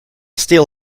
still